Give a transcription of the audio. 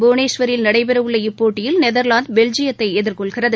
புவனேஸ்வரில் நடைபெறவுள்ள இப்போட்டியில் நெதர்வாந்து பெல்ஜியத்தைஎதிர்கொள்கிறது